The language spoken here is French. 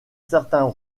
certain